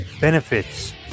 benefits